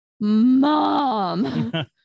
mom